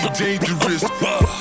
dangerous